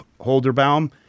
Holderbaum